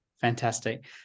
Fantastic